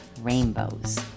Rainbows